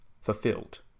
fulfilled